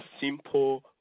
simple